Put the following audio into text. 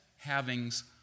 Havings